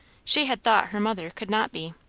she had thought her mother could not be.